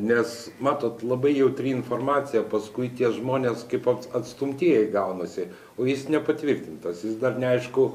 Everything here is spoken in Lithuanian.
nes matot labai jautri informacija paskui tie žmonės kaip atstumtieji gaunasi o jis nepatvirtintas jis dar neaišku